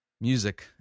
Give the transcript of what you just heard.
music